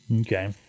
Okay